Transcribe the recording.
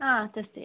ആ ടെസ്റ്റ് ചെയ്യാം